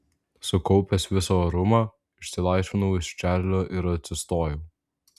sukaupęs visą orumą išsilaisvinau iš čarlio ir atsistojau